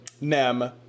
Nem